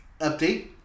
Update